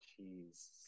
Jeez